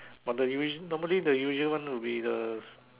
but the usual normally the usual one will be the